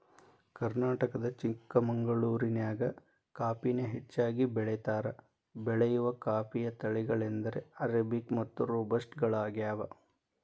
ಕರ್ನಾಟಕದ ಚಿಕ್ಕಮಗಳೂರಿನ್ಯಾಗ ಕಾಫಿನ ಹೆಚ್ಚಾಗಿ ಬೆಳೇತಾರ, ಬೆಳೆಯುವ ಕಾಫಿಯ ತಳಿಗಳೆಂದರೆ ಅರೇಬಿಕ್ ಮತ್ತು ರೋಬಸ್ಟ ಗಳಗ್ಯಾವ